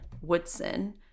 Woodson